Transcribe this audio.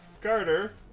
garter